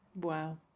wow